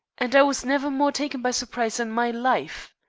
and i was never more taken by surprise in my life.